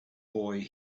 boy